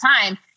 time